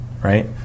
right